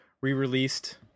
re-released